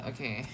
Okay